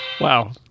Wow